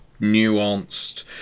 nuanced